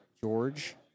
George